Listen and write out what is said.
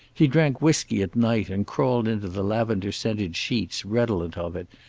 he drank whisky at night and crawled into the lavender-scented sheets redolent of it,